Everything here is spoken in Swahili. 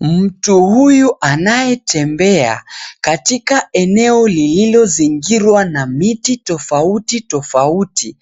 Mtu huyu anayetembea katika eneo lililozingirwa na miti tofauti tofauti,